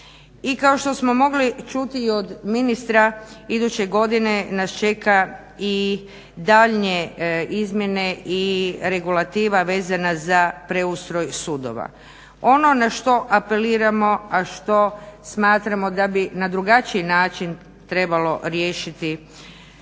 I kao što smo mogli čuti od ministra iduće godine nas čeka i daljnje izmjene i regulativa vezana za preustroj sudova. Ono na što apeliramo, a što smatramo da bi na drugačiji način trebalo riješiti